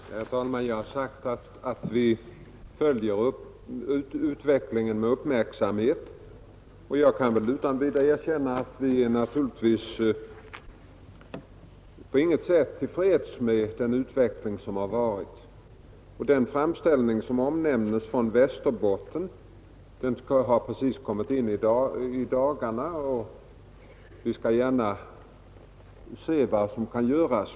Herr talman! Jag har sagt att vi följer utvecklingen med uppmärksam het, och jag kan utan vidare erkänna att vi naturligtvis på intet sätt är till freds med den utveckling som har varit. Den framställning från Västerbotten som omnämndes har kommit in i dagarna, och vi skall gärna se vad som kan göras.